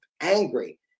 angry